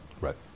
Right